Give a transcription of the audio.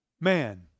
man